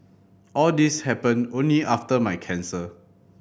all these happened only after my cancer